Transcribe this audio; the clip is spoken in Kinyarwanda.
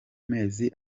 mezi